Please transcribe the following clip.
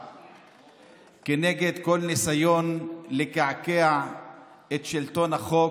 כנגד כל ניסיון לקעקע את שלטון החוק,